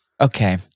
Okay